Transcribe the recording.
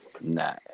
Nah